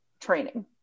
training